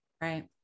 Right